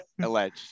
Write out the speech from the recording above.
Alleged